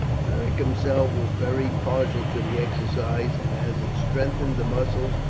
beric himself was very partial to the exercise, and as it strengthened the muscles,